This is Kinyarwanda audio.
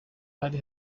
hari